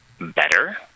better